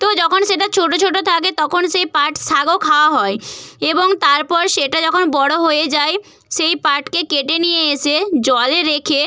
তো যখন সেটা ছোটো ছোটো থাকে তখন সেই পাট শাকও খাওয়া হয় এবং তারপর সেটা যখন বড় হয়ে যায় সেই পাটকে কেটে নিয়ে এসে জলে রেখে